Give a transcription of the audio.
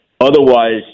Otherwise